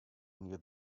near